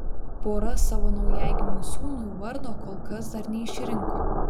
pora savo naujagimiui sūnui vardo kol kas dar neišrinko